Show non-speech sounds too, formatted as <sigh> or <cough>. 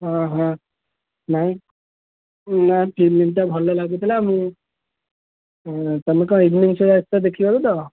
ହଁ ହଁ ନାଇ ନାଇ ଫିଲ୍ମଟା ଭଲ ଲାଗୁଥିଲା ମୁଁ ତମେ କଣ ଇଭିନିଂ <unintelligible> ଦେଖିବାକୁ ତ